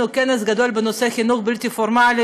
כנס גדול בנושא החינוך הבלתי-פורמלי,